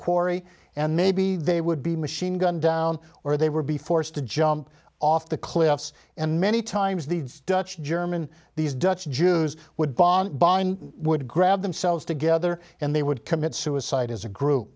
quarry and maybe they would be machine gunned down or they were be forced to jump off the cliffs and many times the dutch german these dutch jews would bond bind would grab themselves together and they would commit suicide as a group